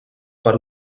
per